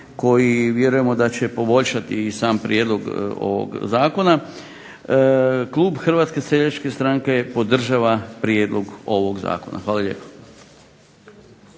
koji vjerujemo da će poboljšati i sam prijedlog ovog Zakona klub Hrvatske seljačke stranke podržava prijedlog ovog Zakona. Hvala lijepo.